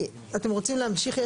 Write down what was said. אתם רוצים להמשיך?